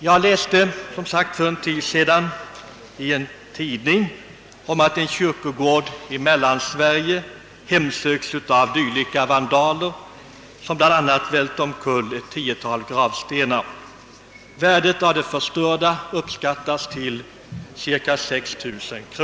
En kyrkogård i Mellansverige har nyligen hemsökts av vandaler som bland annat välte omkull ett tiotal gravstenar, och värdet av det förstörda uppskattas till cirka 6 000 kr.